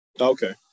Okay